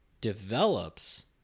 develops